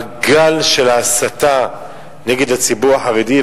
הגל של ההסתה נגד הציבור החרדי.